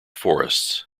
forests